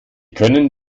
können